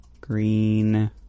Green